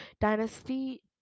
dynasty